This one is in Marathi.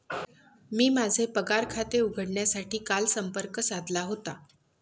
मी माझे पगार खाते उघडण्यासाठी काल संपर्क साधला होता